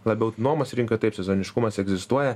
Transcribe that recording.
labiau nuomos rinkoj taip sezoniškumas egzistuoja